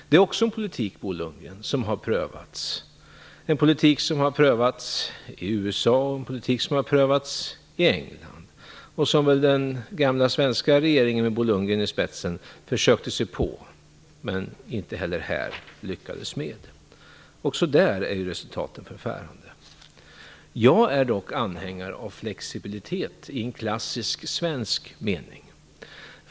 Det är också en politik som har prövats, Bo Lundgren. Den har prövats i USA och i England. Även där är resultaten förfärande. Det är en politik som den gamla svenska regeringen, med Bo Lundgren i spetsen, också försökte sig på, men inte heller här lyckades den. Jag är dock anhängare av flexibilitet i en klassisk svensk mening.